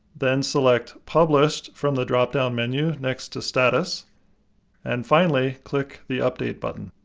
then select published from the dropdown menu next to status and finally, click the update button.